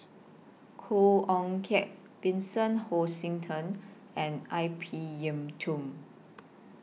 Khoo Oon Teik Vincent Hoisington and I P Yiu Tung